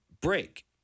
break